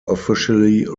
officially